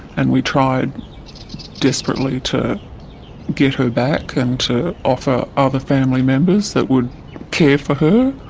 and we tried desperately to get her back and to offer other family members that would care for her,